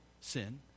sin